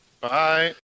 Bye